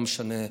לא משנה,